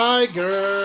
Tiger